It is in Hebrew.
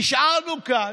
נשארנו כאן,